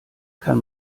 kann